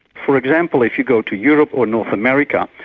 for example, if you go to europe or north america,